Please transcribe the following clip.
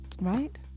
right